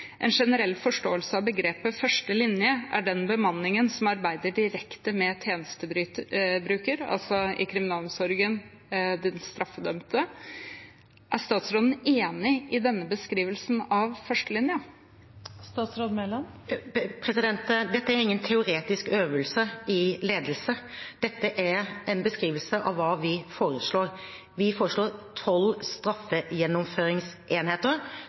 En generell forståelse av begrepet «førstelinje» er den bemanningen som arbeider direkte med tjenestebrukeren, altså i kriminalomsorgen den straffedømte. Er statsråden enig i denne beskrivelsen av førstelinjen? Dette er ingen teoretisk øvelse i ledelse. Dette er en beskrivelse av hva vi foreslår. Vi foreslår tolv straffegjennomføringsenheter.